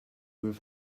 with